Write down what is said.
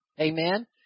amen